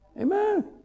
Amen